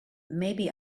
maybe